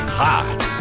hot